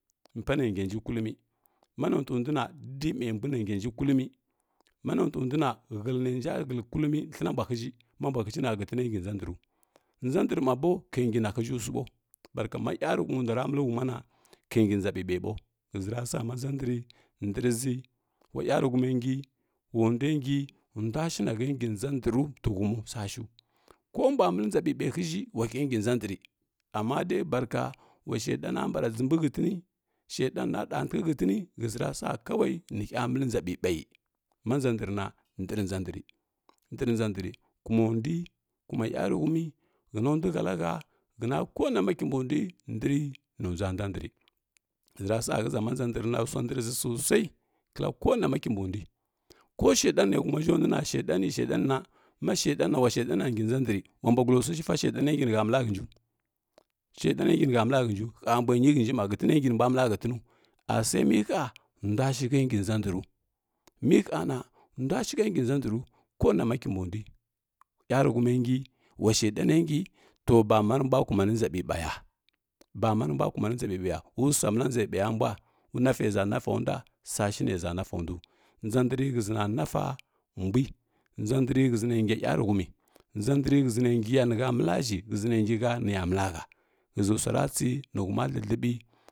Mpa nə nginji kullumi ma notəunduna dimə nganji kullumi ma notunduna hətnənja həi kulluma thənambahəʒhi ma mbahiʒhəna hətina ngi nʒa nahu nʒa ndr ma bi kangi naheʒhə suiɓau barka ma yarahumi ndra məli human kangi nʒa ɓiɓai bau ghəʒi rasu ma nʒa ndri ndriʒi wa yaruhuma nji suashiu kombuwa məli nʒa ɓiɓau həʒhi ulahə ngi nʒa ndri amma dui barka ula shedan mbra jenbi hətini shedan raɗant ik həntinə shəʒi ra sa kawai nihə məli nʒa ɓiɓai ma nʒa ndr na ndri nʒa ndri nari nadri nʒei ndri kumondui kuma yəke utumi hena ndukəalahə həna konama kimbundui ndri nundua nʒa ndri shəʒi rasa shəʒa ma nʒa ndra ndrʒi sosai kla konaula kimbundui ko sheɗan nehuma ʒba nuna shedan shadan na ma shedan na ula shedana ngi nʒa ndri ula bwaglaguishi sa shudana ngi nikə məla shənju shedan ngi nihə məka hənju hə mbua nyi hənji mba nihə məka hənju hə mbua nyi hənji mba hətina ngi nihə məla hətinu ashe mihə nduashihə ngi nʒa ndru mihəna nduashihə ngi nʒa ndru konama kimbundui ula yarighuma ngi wa shedana ngi to bama numbua kumani nʒa ɓiɓaya, bana numua kumani nʒa ɓiɓaya wusua məla nʒa ɓiɓaya mbua wunasa ʒa nasaundua suəshineʒa naʃa ndu nʒa ndr shəʒi nanɗa mbui nʒa ndri shəʒi na nga yəruhumi nzə ndr shəʒi nangiya nəha məla ʒhə ʒhəʒi nangihə niya məla hə shəʒi suratsi ni huma lələɓi.